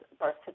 birth